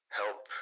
help